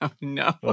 no